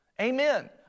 Amen